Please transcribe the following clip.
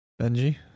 Benji